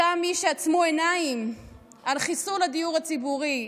אותם מי שעצמו עיניים על חיסול הדיור הציבורי,